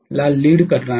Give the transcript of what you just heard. ला लीड करणार आहे